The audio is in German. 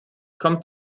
kommt